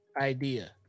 idea